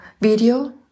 video